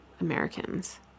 Americans